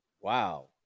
Wow